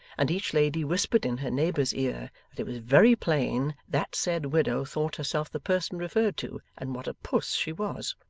and each lady whispered in her neighbour's ear that it was very plain that said widow thought herself the person referred to, and what a puss she was!